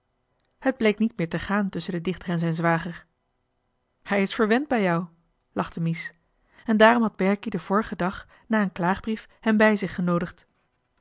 het bleek niet meer te gaan tusschen den dichter en zijn zwager hij is verwend bij jou lachte mies johan de meester de zonde in het deftige dorp en daarom had berkie den vorigen dag na een klaagbrief hem bij zich genoodigd